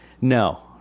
No